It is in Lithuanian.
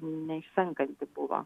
neišsenkanti buvo